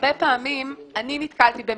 הרבה פעמים אני נתקלתי במקרים,